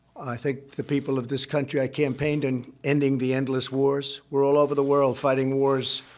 i think the people of this country i campaigned on ending the endless wars. we're all over the world, fighting wars.